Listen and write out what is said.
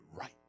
Right